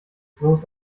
bloß